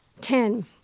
Ten